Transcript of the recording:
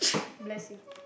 bless you